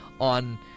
on